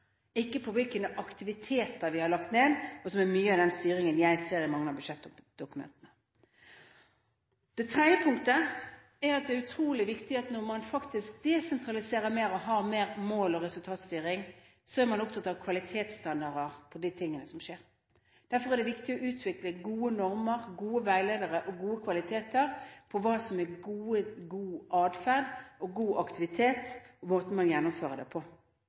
ikke på hvilke aktiviteter vi har utført, som er mye av den styringen jeg ser i mange av budsjettdokumentene. Det tredje punktet er at det er utrolig viktig at når man desentraliserer mer og har mer mål- og resultatstyring, må man være opptatt av kvalitetsstandarder på de tingene som skjer. Derfor er det viktig å utvikle gode normer, gode veiledere og gode kvaliteter når det gjelder god adferd, god aktivitet og måten man gjennomfører det på.